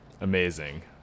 Amazing